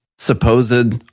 supposed